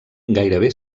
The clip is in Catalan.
gairebé